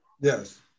Yes